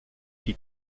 qui